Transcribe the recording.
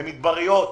במדבריות.